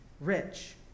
rich